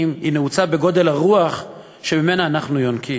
נעוצה בגודל הרוח שממנה אנחנו יונקים.